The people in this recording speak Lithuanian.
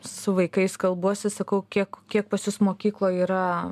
su vaikais kalbuosi sakau kiek kiek pas jus mokykloj yra